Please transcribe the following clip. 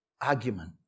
Argument